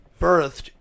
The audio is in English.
birthed